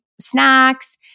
snacks